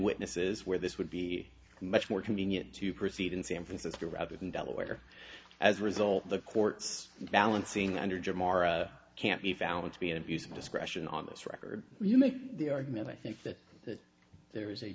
witnesses where this would be much more convenient to proceed in san francisco or wrap it in delaware as a result the court's balancing under germar can't be found to be an abuse of discretion on this record you make the argument i think that that there is a